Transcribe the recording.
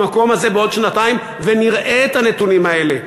במקום הזה בעוד שנתיים ונראה את הנתונים האלה.